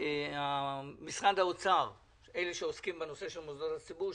משרד האוצר שעוסק במוסדות ציבור,